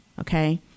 okay